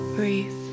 Breathe